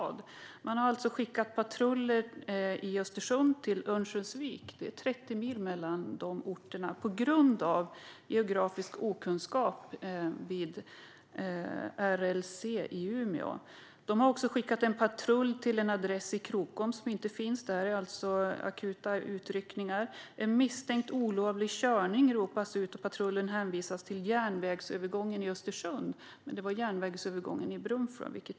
På grund av geografisk okunskap vid RLC i Umeå har patruller i Östersund skickats till Örnsköldsvik - det är 30 mil mellan de orterna. De har också skickat en patrull till en adress i Krokom som inte finns. Det är alltså akuta utryckningar vi talar om. En misstänkt olovlig körning ropades ut, och patrullen hänvisades till järnvägsövergången i Östersund, men det var järnvägsövergången i Brunflo det gällde.